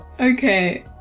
okay